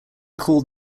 called